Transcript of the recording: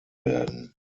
werden